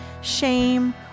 shame